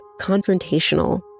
confrontational